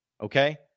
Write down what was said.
Okay